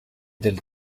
del